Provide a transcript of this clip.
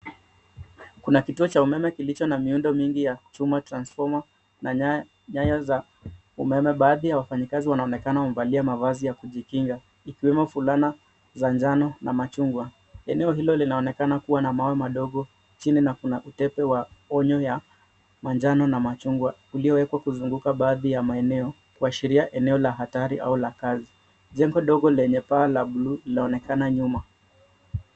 Kuna kituo cha umeme kilicho na miundo mingi ya kuchuma transformar na nyaya za umeme .Baadhi ya wafanyikazi wanaonekana wamevalia mavazi ya kujikinga ikiwemo fulana za njano na machungwa. Eneo hilo linaonekana kuwa na mawe madogo chini na kuna utepe wa onyo ya manjano na machungwa uliyowekwa kuzunguka baadhi ya maeneo kuashiria eneo la hatari au la kazi. Jengo dogo lenye paa la blue linaonekana nyuma.